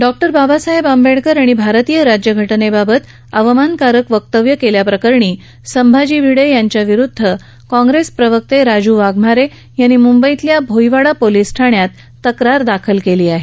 doctor Babasaheb Ambedkar आणि भारतीय राज्यघटनेबाबत अवमानकारक वक्तव्य केल्याप्रकरणी संभाजी भिडे यांच्याविरुद्ध कॉंग्रेस प्रवक्ते राजू वाघमारे यांनी मुंबईतल्या भोईवाडा पोलिस ठाण्यात तक्रार दाखल केली आहे